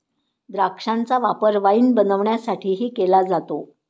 द्राक्षांचा वापर वाईन बनवण्यासाठीही केला जातो